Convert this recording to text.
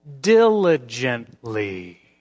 Diligently